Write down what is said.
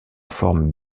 forme